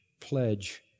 pledge